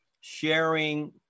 sharing